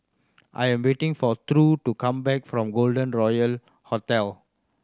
I am waiting for True to come back from Golden Royal Hotel